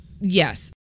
Yes